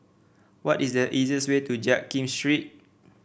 what is the easiest way to Jiak Kim Street